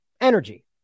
energy